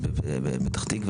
אז בפתח תקווה,